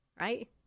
Right